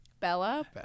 Bella